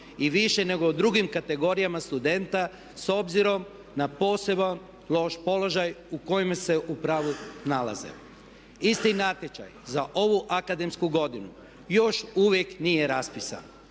i više nego drugim kategorijama studenata s obzirom na posebno loš položaj u kojem se u pravilu nalaze. Isti natječaj za ovu akademsku godinu još uvijek nije raspisan.